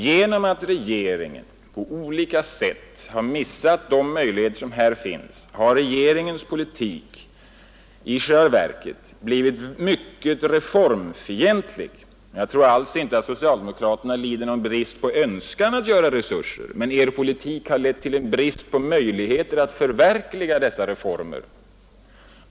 Genom att regeringen på olika sätt missat de möjligheter som här finns, har regeringspolitiken i själva verket blivit mycket reformfientlig. Jag tror alls inte socialdemokraterna saknar en önskan att genomföra reformer, men deras politik har lett till en brist på möjligheter att förverkliga dessa reformer.